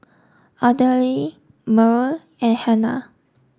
Ardelle Merl and Hanna